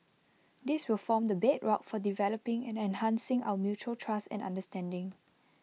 this will form the bedrock for developing and enhancing our mutual trust and understanding